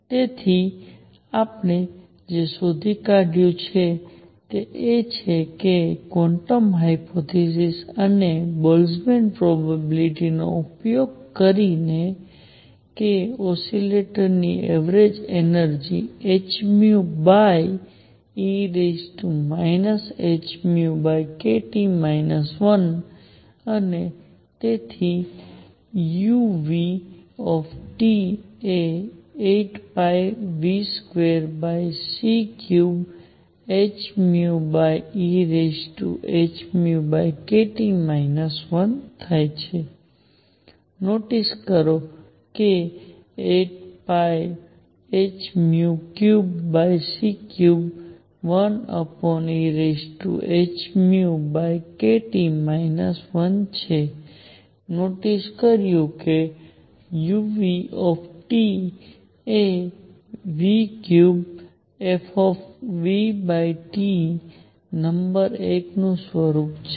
તેથી આપણે જે શોધી કાઢ્યું છે તે એ છે કે ક્વોન્ટમ હાયપોથેસિસ અને બોલ્ટ્ઝમેન પ્રોબેબિલીટી નો ઉપયોગ કરીને કે ઓસિલેટરની અવરેજ એનર્જિ hν ehνkT 1 અને તેથી u એ 8π2c3hν ehνkT 1 થાય છે નોટિસ કરો જે 8πh3c31 ehνkT 1 છે નોટિસ કર્યું કે u એ 3f નંબર 1 સ્વરૂપનું છે